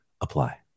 apply